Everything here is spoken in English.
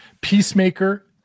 Peacemaker